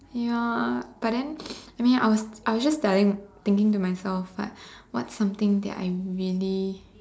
ya but then I mean I was I was just telling thinking to myself but what's something that I really